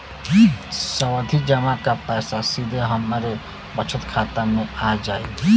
सावधि जमा क पैसा सीधे हमरे बचत खाता मे आ जाई?